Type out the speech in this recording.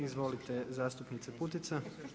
Izvolite zastupnice Putica.